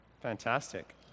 Fantastic